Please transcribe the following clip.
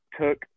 took